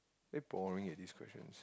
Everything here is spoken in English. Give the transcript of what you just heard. very boring eh these questions